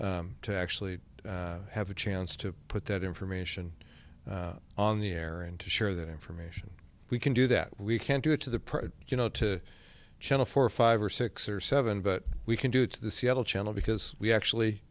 to actually have a chance to put that information on the air and to share that information we can do that we can't do it to the press you know to channel four or five or six or seven but we can do to the seattle channel because we actually